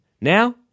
Now